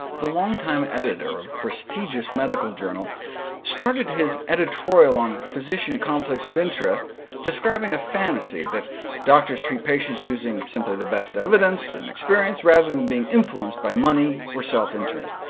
the long-time editor of a prestigious medical journal started his editorial on physicians' conflicts of interest describing a fantasy that doctors treat patients using simply the best evidence and experience rather than being influenced by money or self interest.